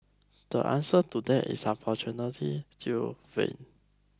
the answer to that is unfortunately still vague